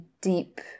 deep